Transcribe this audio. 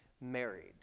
married